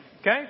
Okay